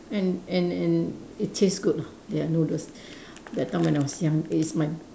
and and and it taste good lah their noodles that time when I was young age my